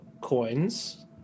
coins